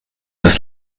das